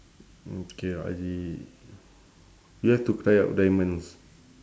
okay you have to cry out diamonds